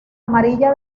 amarilla